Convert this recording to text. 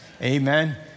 Amen